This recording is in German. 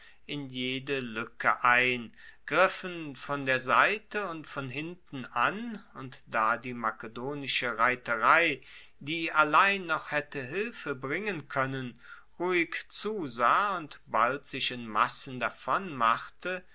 in jede luecke ein griffen von der seite und von hinten an und da die makedonische reiterei die allein noch haette hilfe bringen koennen ruhig zusah und bald sich in massen